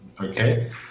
Okay